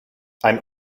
ein